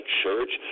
church